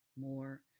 more